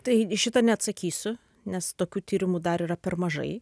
tai į šitą neatsakysiu nes tokių tyrimų dar yra per mažai